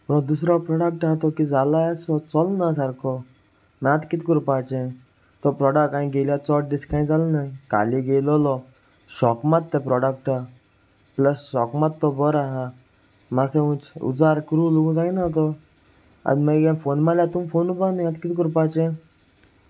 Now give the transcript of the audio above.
पूण दुसरो प्रोडक्ट आसा तो की जाला सो चलना सारको मागीर आतां कितें करपाचें तो प्रोडाक्ट हांवें गेयल्यार चड दीस कांय जालो न्ह काली गेयलोलो शॉक मारता ते प्रोडक्टा प्लस शॉक मारता तो बरो आसा मातसो उच उजार करू लगू जायना तो आनी मागीर फोन मारल्यार तूं फोन उबरपा न्ही आतां कितें कोरपाचें